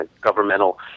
governmental